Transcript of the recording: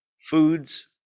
foods